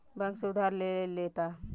bank से उधार ले लेता